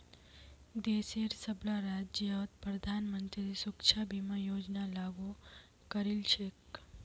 देशेर सबला राज्यत प्रधानमंत्री सुरक्षा बीमा योजना लागू करील छेक